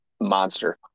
Monster